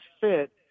fit